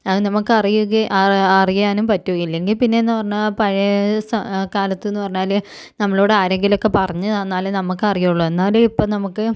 അത് നമുക്ക് അറിയുകേ ആ അറിയാനും പറ്റും ഇല്ലങ്കിൽ പിന്നേന്ന് പറഞ്ഞാൽ പഴയ സ കാലത്തെന്ന് പറഞ്ഞാല് നമ്മളോട് ആരെങ്കിലുമൊക്കെ പറഞ്ഞു തന്നാലെ നമുക്കറിയോളു എന്നാലും ഇപ്പം നമുക്ക്